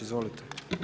Izvolite.